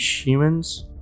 humans